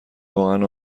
واقعا